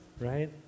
right